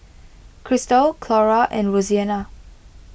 Christal Clora and Roseanna